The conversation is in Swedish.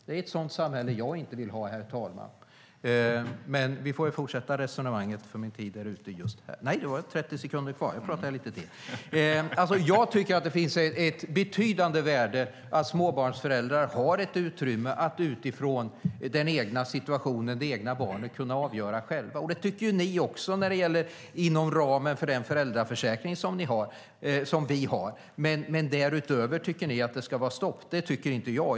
Det är ett sådant samhälle som jag inte vill ha, herr talman. Jag tycker att det finns ett betydande värde i att småbarnsföräldrar har ett utrymme att utifrån den egna situationen och det egna barnet att kunna avgöra själva, och det tycker ju ni också inom ramen för den föräldraförsäkring som vi har. Därutöver tycker ni att det ska vara stopp. Det tycker inte jag.